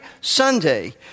Sunday